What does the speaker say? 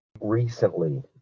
Recently